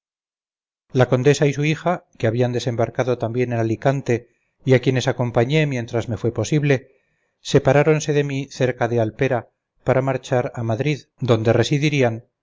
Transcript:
la condesa y su hija que habían desembarcado también en alicante y a quienes acompañé mientras me fue posible separáronse de mí cerca de alpera para marchar a madrid donde residirían